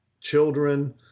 children